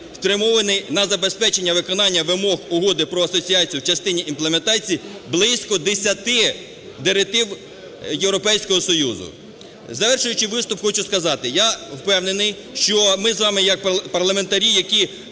спрямований на забезпечення виконання вимог Угоди про асоціацію в частині імплементації близько 10 директив Європейського Союзу. Завершуючи виступ, хочу сказати, я впевнений, що ми з вами як парламентарі, які